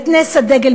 את נס הדגל,